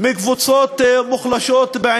מקבוצות מוחלשות.